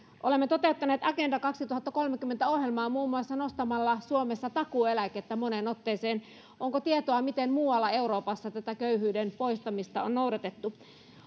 olemme toteuttaneet agenda kaksituhattakolmekymmentä ohjelmaa muun muassa nostamalla suomessa takuueläkettä moneen otteeseen onko tietoa siitä miten muualla euroopassa tätä köyhyyden poistamista on noudatettu